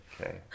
Okay